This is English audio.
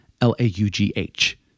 L-A-U-G-H